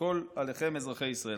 הכול עליכם, אזרחי ישראל.